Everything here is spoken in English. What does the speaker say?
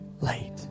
late